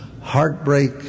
heartbreak